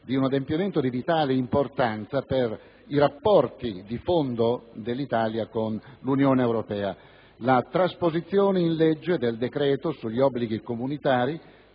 ad un adempimento di vitale importanza per i rapporti tra l'Italia e l'Unione europea: la trasposizione in legge del decreto-legge sugli obblighi comunitari